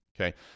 okay